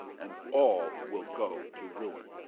and all will go to ruin.